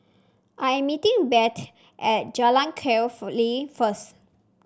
I am meeting Bette at Jalan Kwee Lye first